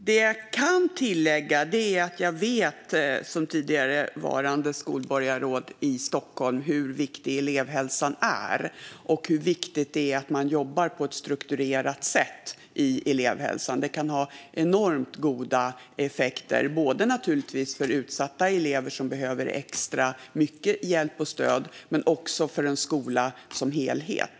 Herr talman! Det jag kan tillägga är att jag som tidigvarande skolborgarråd i Stockholm vet hur viktig elevhälsan är och hur viktigt det är att man jobbar på ett strukturerat sätt i elevhälsan. Det kan ha enormt goda effekter både för utsatta elever som behöver extra mycket hjälp och stöd, naturligtvis, och för en skola som helhet.